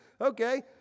Okay